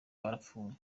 barapfuye